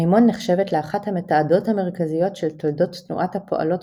מימון נחשבת לאחת המתעדות המרכזיות של תולדות תנועת הפועלות